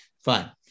Fine